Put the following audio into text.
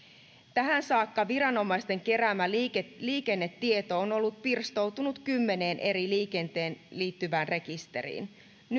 tähän saakka viranomaisten keräämä liikennetieto on ollut pirstoutunut kymmeneen eri liikenteeseen liittyvään rekisteriin